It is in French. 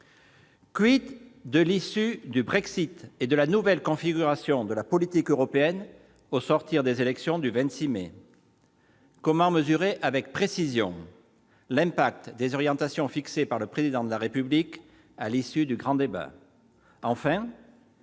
? de l'issue du Brexit et de la nouvelle configuration de la politique européenne, au sortir des élections du 26 mai ? Comment mesurer avec précision l'impact des orientations fixées par le Président de la République à l'issue du grand débat ?